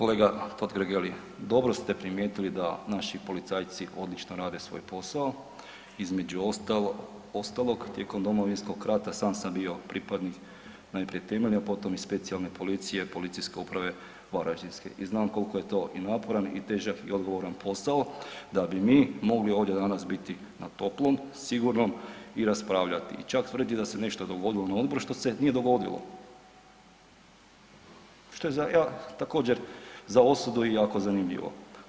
Kolega Totgergeli, dobro ste primijetili da naši policajci odlično rade svoj posao, između ostalog tijekom Domovinskog rata sam sam bio pripadnik najprije temeljne, a potom i specijalne policije Policijske uprave Varaždinske i znam koliko je to i naporan i težak i odgovoran posao da bi mi mogli ovdje danas biti na toplom, sigurnom i raspravljati i čak tvrditi nešto da se nešto dogodilo na odboru što se nije dogodilo, što je također za osudu i jako zanimljivo.